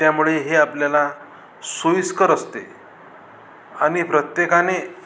त्यामुळे हे आपल्याला सोईस्कर असते आणि प्रत्येकाने